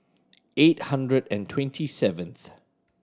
eight hundred and twenty seventh